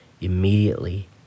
Immediately